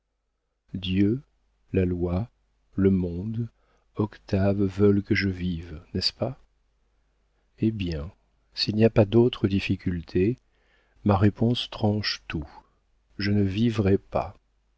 la loi le monde octave veulent que je vive n'est-ce pas eh bien s'il n'y a pas d'autre difficulté ma réponse tranche tout je ne vivrai pas